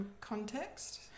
context